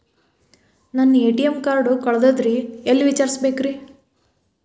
ನನ್ನ ATM card ಕಳದದ್ರಿ ಎಲ್ಲಿ ವಿಚಾರಿಸ್ಬೇಕ್ರಿ?